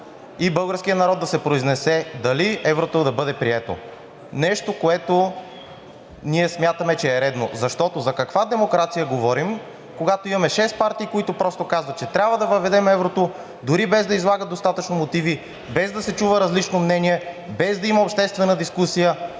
и българският народ да се произнесе дали еврото да бъде прието. Нещо, което ние смятаме, че е редно, защото за каква демокрация говорим, когато имаме шест партии, които просто казват, че трябва да въведем еврото, дори без да излагат достатъчно мотиви, без да се чува различно мнение, без да има обществена дискусия